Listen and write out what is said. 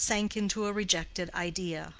sank into a rejected idea.